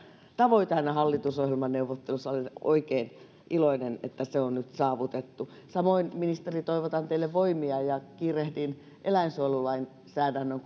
tavoite hallitusohjelmaneuvotteluissa olen oikein iloinen että se on nyt saavutettu samoin ministeri toivotan teille voimia ja kiirehdin eläinsuojelulainsäädännön